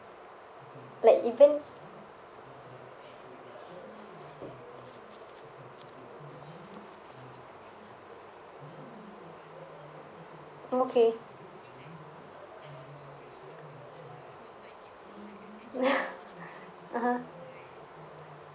like even oh okay (uh huh)